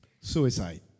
Suicide